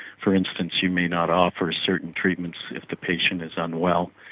for instance, you may not offer certain treatments if the patient is unwell,